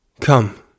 Come